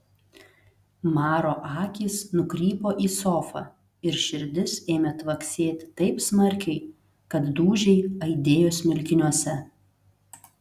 maro akys nukrypo į sofą ir širdis ėmė tvaksėti taip smarkiai kad dūžiai aidėjo smilkiniuose